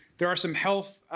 there are some health